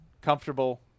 comfortable